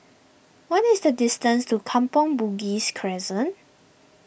what is the distance to Kampong Bugis Crescent